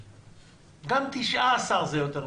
גם 19 זה יותר מדי,